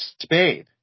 Spade